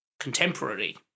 contemporary